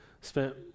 spent